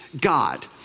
God